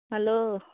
hello